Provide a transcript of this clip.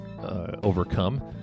overcome